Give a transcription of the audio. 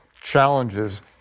challenges